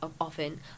often